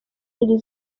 iri